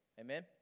Amen